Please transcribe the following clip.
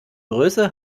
größe